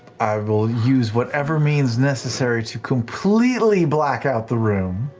i will use whatever means necessary to completely black out the room.